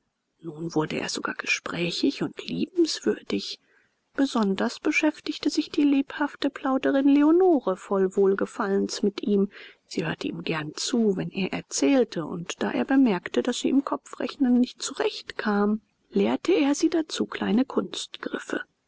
nun wurde er sogar gesprächig und liebenswürdig besonders beschäftigte sich die lebhafte plauderin leonore voll wohlgefallens mit ihm sie hörte ihm gern zu wenn er erzählte und da er bemerkte daß sie im kopfrechnen nicht zurecht kam lehrte er sie dazu kleine